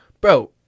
bro